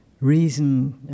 reason